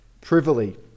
privily